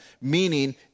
meaning